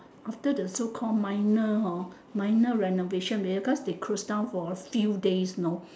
after the so call minor hor minor renovation because they closed down for a few days know